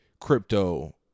crypto